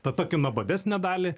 tą tokią nuobodesnę dalį